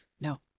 No